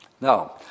Now